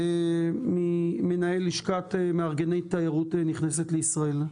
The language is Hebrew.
מנהל לשכת מארגני תיירות נכנסת לישראל.